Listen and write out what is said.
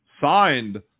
signed